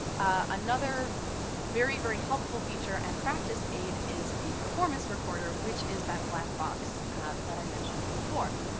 another very, very helpful feature and practice aid is the performance recorder, which is that black box that i mentioned before.